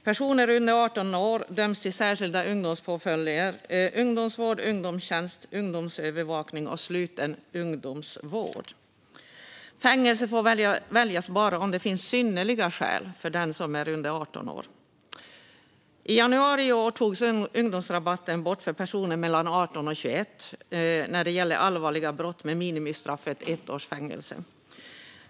Personer under 18 år döms till de särskilda ungdomspåföljderna ungdomsvård, ungdomstjänst, ungdomsövervakning och sluten ungdomsvård. Fängelse får väljas bara om det finns synnerliga skäl för den som är under 18 år. I januari i år togs ungdomsrabatten bort för personer mellan 18 och 21 år när det gäller allvarliga brott med minimistraffet ett års fängelse.